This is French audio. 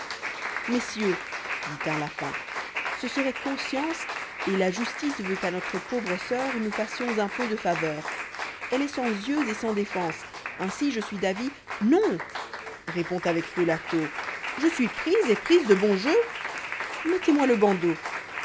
messieurs dit un lapin ce serait conscience et la justice veut qu'à notre pauvre soeur nous fassions un peu de faveur elle est sans yeux et sans défense ainsi je suis d'avis non répond avec feu la taupe je suis prise et prise de bon jeu mettez-moi le bandeau